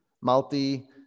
multi